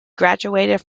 graduated